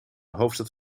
hoofdstad